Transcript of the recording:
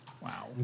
Wow